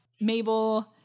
Mabel